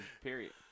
Period